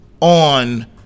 on